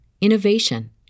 innovation